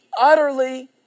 utterly